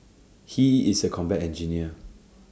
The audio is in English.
he is A combat engineer